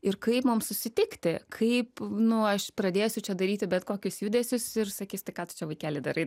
ir kaip mum susitikti kaip nu aš pradėsiu čia daryti bet kokius judesius ir sakys tai ką tu čia vaikeli darai